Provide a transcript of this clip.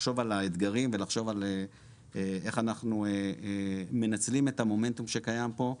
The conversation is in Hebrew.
לחשוב על האתגרים ולחשוב על איך אנחנו מנצלים את המומנטום שקיים פה.